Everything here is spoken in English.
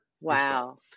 Wow